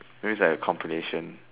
maybe it's like a compilation